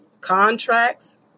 contracts